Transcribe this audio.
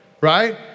right